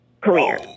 career